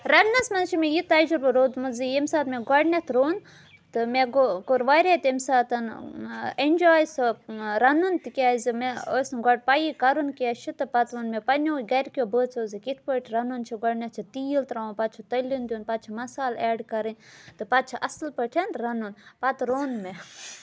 رَننَس منٛز چھِ مےٚ یہِ تَجرُبہٕ روٗدمُت زِ ییٚمہِ ساتہٕ مےٚ گۄڈٕنٮ۪تھ روٚن تہٕ مےٚ گوٚو کوٚر واریاہ تَمہِ ساتَن اٮ۪نجاے سُہ رَنُن تِکیٛازِ مےٚ ٲسۍ نہٕ گۄڈٕ پَیی کَرُن کیٛاہ چھُ تہٕ پَتہٕ ووٚن مےٚ پنہٕ نٮ۪وٕے گَرِکٮ۪و بٲژو زِ کِتھٕ پٲٹھۍ رَنُن چھُ گۄڈٕنٮ۪تھ چھُ تیٖل ترٛاوان پَتہٕ چھُ تٔلیُن دیُن پَتہٕ چھُ مَسالہٕ ایٚڈ کَرٕنۍ تہٕ پَتہٕ چھِ اَصٕل پٲٹھۍ رَنُن پَتہٕ روٚن مےٚ